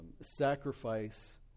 sacrifice